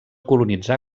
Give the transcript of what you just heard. colonitzar